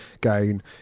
gain